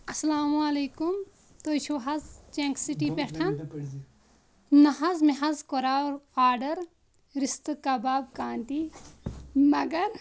السلام علیکُم تُہۍ چھُو حظ چَنٛک سِٹی پٮ۪ٹھ نَہ حظ مےٚ حظ کوٚراو آرڈَر رِستہٕ کَباب کانتی مگر